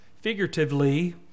figuratively